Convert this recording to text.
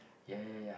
yeah yeah yeah yeah